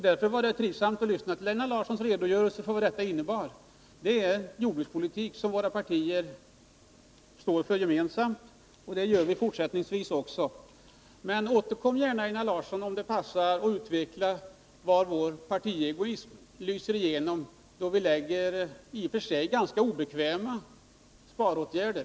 Därför var det trivsamt att lyssna till Einar Larssons redogörelse för vad detta innebar. Det är en jordbrukspolitik som våra partier står för gemensamt, och vårt parti kommer att göra det fortsättningsvis också. Men återkom gärna, Einar Larsson, om det passar, och utveckla var vår partiegoism lyser igenom, då vi lägger fram i och för sig ganska obekväma förslag om sparåtgärder.